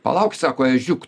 palauk sako ežiuk